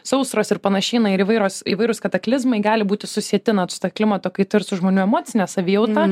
sausros ir panašiai na ir įvairios įvairūs kataklizmai gali būti susieti nat su ta klimato kaita ir su žmonių emocine savijauta